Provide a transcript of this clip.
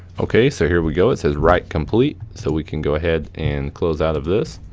okay, so here we go, it says write complete, so we can go ahead and close out of this.